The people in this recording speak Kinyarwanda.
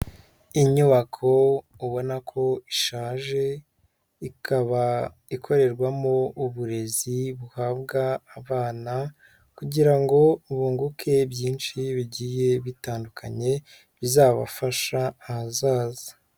Inyubako ubona ko ishaje ikaba ikorerwamo uburezi buhabwa abana kugira ngo bunguke byinshi bigiye bitandukanye bizabafasha ahazaza.